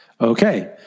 Okay